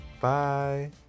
Bye